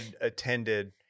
attended